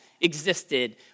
existed